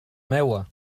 meua